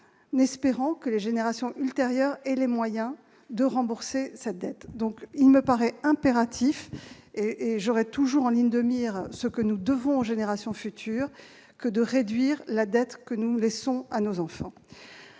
en espérant que les générations ultérieures trouveront les moyens de rembourser la dette. Il me paraît donc impératif- j'aurai toujours en ligne de mire ce que nous devons aux générations futures -de réduire la dette que nous laisserons à nos enfants.